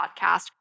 podcast